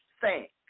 thanks